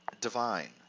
divine